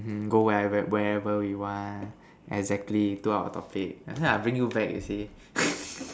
mm go wherever wherever you want exactly too out of topic that's why I bring you back you see